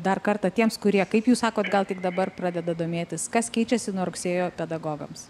dar kartą tiems kurie kaip jūs sakot gal tik dabar pradeda domėtis kas keičiasi nuo rugsėjo pedagogams